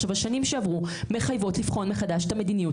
השנים שעברו מחייבות לבחון מחדש את המדיניות